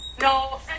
No